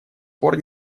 пор